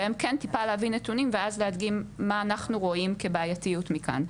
בהן כן טיפה להביא נתונים ואז להדגים מה אנחנו רואים כבעייתיות מכאן.